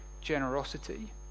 generosity